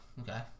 okay